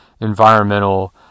environmental